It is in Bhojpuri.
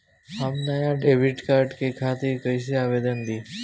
हम नया डेबिट कार्ड के खातिर कइसे आवेदन दीं?